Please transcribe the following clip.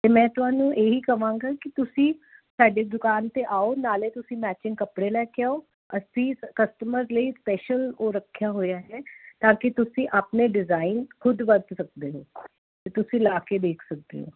ਅਤੇ ਮੈਂ ਤੁਹਾਨੂੰ ਇਹੀ ਕਹਾਂਗਾ ਕਿ ਤੁਸੀਂ ਸਾਡੇ ਦੁਕਾਨ 'ਤੇ ਆਓ ਨਾਲੇ ਤੁਸੀਂ ਮੈਚਿੰਗ ਕੱਪੜੇ ਲੈ ਕੇ ਆਓ ਅਸੀਂ ਕਸਟਮਰ ਦੀ ਸਪੈਸ਼ਲ ਰੱਖਿਆ ਹੋਇਆ ਹੈ ਤਾਂ ਕੀ ਤੁਸੀਂ ਆਪਣੇ ਡਿਜ਼ਾਇਨ ਖ਼ੁਦ ਵਰਤ ਸਕਦੇ ਹੋ ਤੇ ਤੁਸੀਂ ਲਾ ਕੇ ਦੇਖ ਸਕਦੇ ਹੋ